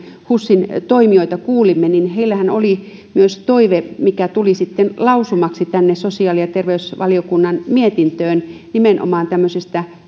husin toimijoita kuulimme niin heillähän oli myös toive mikä tuli sitten lausumaksi tänne sosiaali ja terveysvaliokunnan mietintöön nimenomaan tämmöisestä